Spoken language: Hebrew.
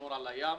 לשמור על הים,